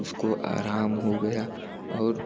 उसको आराम हो गया और